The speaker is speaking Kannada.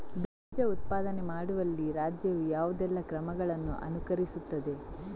ಬೀಜ ಉತ್ಪಾದನೆ ಮಾಡುವಲ್ಲಿ ರಾಜ್ಯವು ಯಾವುದೆಲ್ಲ ಕ್ರಮಗಳನ್ನು ಅನುಕರಿಸುತ್ತದೆ?